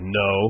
no